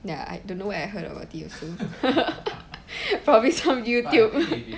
ya I don't know where I heard about it also probably some youtube